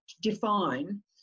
define